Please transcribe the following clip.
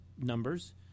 numbers